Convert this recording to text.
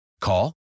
Call